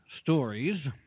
stories